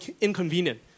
inconvenient